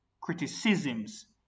criticisms